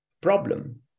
problem